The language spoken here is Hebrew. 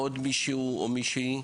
עוד מישהו או מישהי?